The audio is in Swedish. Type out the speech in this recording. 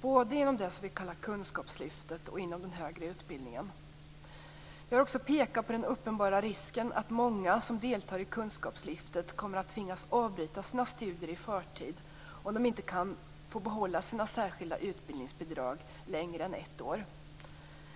både inom kunskapslyftet och den högre utbildningen. Vi har också pekat på den uppenbara risken för att många som deltar i kunskapslyftet kommer att tvingas avbryta sina studier i förtid om de inte får behålla sina särskilda utbildningsbidrag längre än ett år.